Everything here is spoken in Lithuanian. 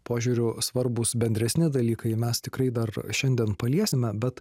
požiūriu svarbūs bendresni dalykai mes tikrai dar šiandien paliesime bet